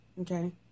okay